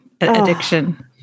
addiction